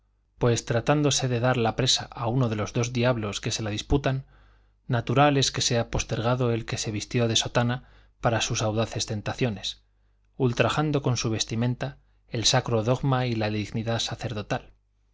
pues tratándose de dar la presa a uno de los dos diablos que se la disputan natural es que sea postergado el que se vistió de sotana para sus audaces tentaciones ultrajando con su vestimenta el sacro dogma y la dignidad sacerdotal